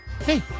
hey